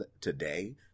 today